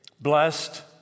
blessed